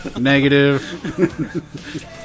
Negative